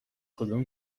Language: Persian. کدوم